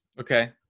Okay